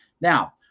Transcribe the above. Now